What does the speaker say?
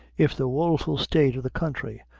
if the woeful state of the country,